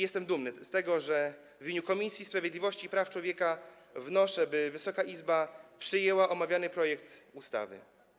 Jestem dumny z tego, że w imieniu Komisji Sprawiedliwości i Praw Człowieka wnoszę, by Wysoka Izba przyjęła omawiany projekt ustawy.